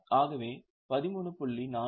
ஆகவே 13